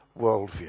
worldview